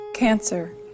Cancer